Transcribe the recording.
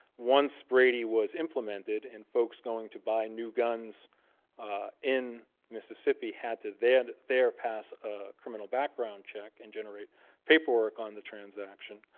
once brady was implemented, and folks going to buy new guns in mississippi had to then there pass a criminal background check and generate paperwork on the transaction.